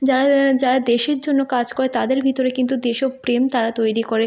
যারা দেশের জন্য কাজ করে তাদের ভিতরে কিন্তু দেশপ্রেম তারা তৈরি করে